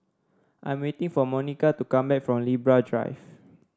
I am waiting for Monica to come back from Libra Drive